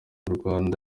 rwanda